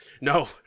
No